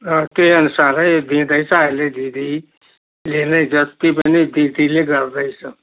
अँ त्यही अनुसारै दिँदैछ अहिले दिदीले नै जति पनि दिदीले नै गर्दैछ